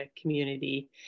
community